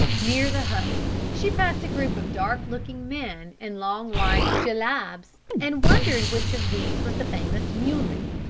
near the huts she passed a group of dark-looking men in long white jellabs, and wondered which of these was the famous muley.